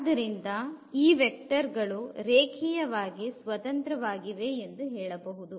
ಆದ್ದರಿಂದ ಈ vector ಗಳು ರೇಖೀಯವಾಗಿ ಸ್ವತಂತ್ರವಾಗಿವೆ ಎಂದು ಹೇಳಬಹುದು